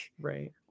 right